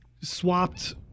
swapped